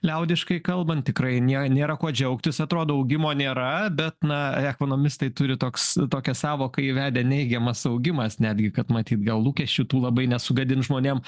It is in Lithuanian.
liaudiškai kalbant tikrai nė nėra kuo džiaugtis atrodo augimo nėra bet na ekonomistai turi toks tokią sąvoką įvedę neigiamas augimas netgi kad matyt gal lūkesčių tų labai nesugadin žmonėm